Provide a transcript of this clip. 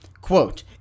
Quote